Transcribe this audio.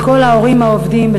של כל ההורים העובדים,